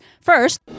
First